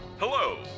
Hello